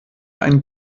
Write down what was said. einen